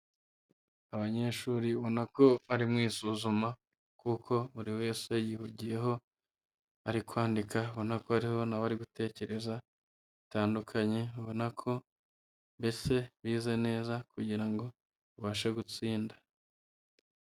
Abanyeshuri ubona ko bari mu isuzuma, kuko buri wese yihugiyeho, bari kwandika. Ubona ko hariho n'abari gutekereza bitandukanye, ubona ko mbese bize neza kugira ngo babashe gutsinda.